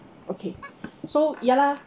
okay so ya lah